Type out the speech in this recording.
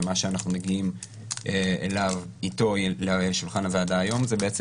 ומה שאנחנו מגיעים איתו לשולחן הוועדה היום זה בעצם